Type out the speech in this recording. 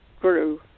grew